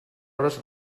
hores